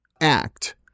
act